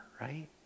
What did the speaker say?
right